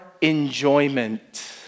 enjoyment